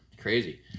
crazy